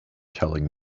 telling